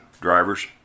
drivers